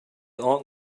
aunt